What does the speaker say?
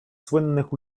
słynnych